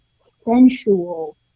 sensual